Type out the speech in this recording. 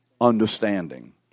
Understanding